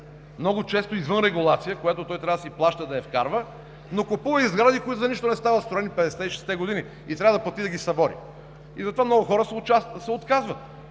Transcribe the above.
много често извън регулация, за която трябва да си плаща, за да я вкарва, но купува и сгради, които за нищо не стават – строени 50-те и 60-те години, и трябва да плати, за да ги събори. Затова много хора се отказват,